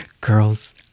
Girls